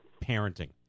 parenting